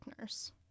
nurse